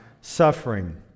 suffering